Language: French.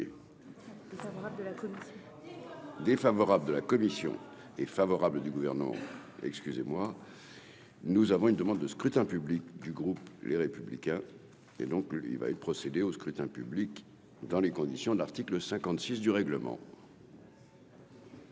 Défavorable de la commission est favorable du gouvernement ah excusez-moi, nous avons une demande de scrutin public du groupe, les républicains et donc il va être procéder au scrutin public dans les conditions de l'article 56 du règlement.